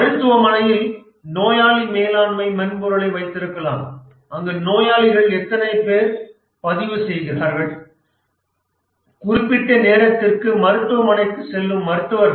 மருத்துவமனையில் நோயாளி மேலாண்மை மென்பொருளை வைத்திருக்கலாம் அங்கு நோயாளிகள் எத்தனை பேர் பதிவு செய்கிறார்கள் குறிப்பிட்ட நேரத்திற்கு மருத்துவமனைக்குச் செல்லும் மருத்துவர்கள்